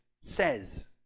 says